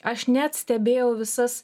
aš net stebėjau visas